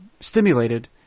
stimulated